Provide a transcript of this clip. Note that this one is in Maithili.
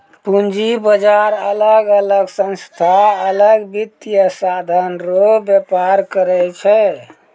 पूंजी बाजार अलग अलग संस्था अलग वित्तीय साधन रो व्यापार करै छै